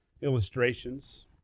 illustrations